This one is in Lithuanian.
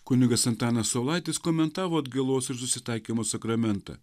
kunigas antanas saulaitis komentavo atgailos ir susitaikymo sakramentą